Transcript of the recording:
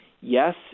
Yes